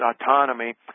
autonomy